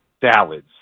salads